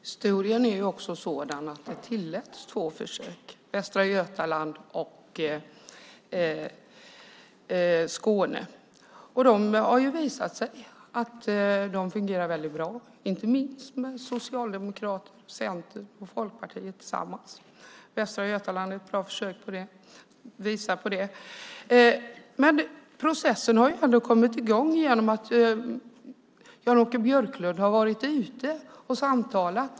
Fru talman! Historien är också sådan att det tilläts två försök, Västra Götaland och Skåne. De har visat sig fungera väldigt bra, inte minst med Socialdemokraterna, Centern och Folkpartiet tillsammans. Västra Götaland är ett bra försök som visar på det. Men processen har ändå kommit i gång genom att Jan-Åke Björklund har varit ute och samtalat.